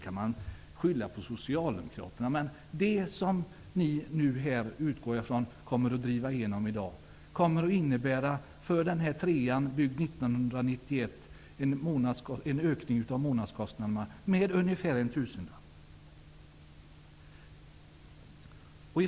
Man kan skylla på Socialdemokraterna. Men det som ni nu här i dag, utgår jag från, kommer att driva igenom, kommer att innebära en ökning av månadskostnaderna för en 3:a, byggd 1991, med ungefär en tusenlapp.